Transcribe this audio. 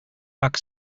pack